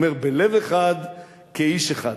הוא אומר: "בלב אחד כאיש אחד".